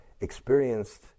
Experienced